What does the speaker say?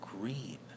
green